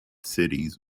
cities